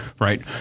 right